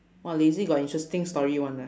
!wah! lazy got interesting story [one] ah